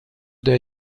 der